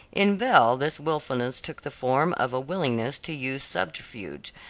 in belle this wilfulness took the form of a willingness to use subterfuge,